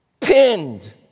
pinned